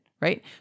right